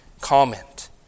comment